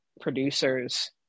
producers